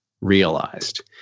realized